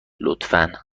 لطفا